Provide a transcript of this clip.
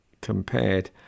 compared